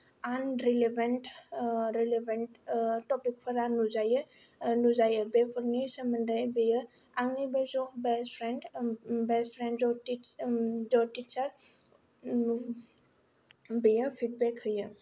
irrelevant relevant टपिकफोरा नुजायो नुजायो बेफोरनि सोमोन्दै बेयो आंनि बे ज' बेस्ट फ्रेन्ड बेस्ट फ्रेन्ड जथि टिचार बेयो फिडबेक होयो